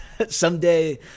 someday